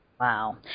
Wow